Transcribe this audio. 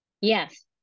Yes